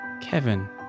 Kevin